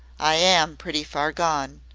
i am pretty far gone.